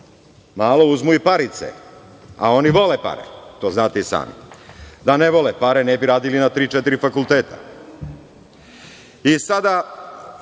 malo uzmu i parice, a oni vole pare. To znate i sami. Da ne vole pare, ne bi radili na tri – četiri fakulteta. I sada,